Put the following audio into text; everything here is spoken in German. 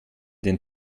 den